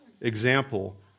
example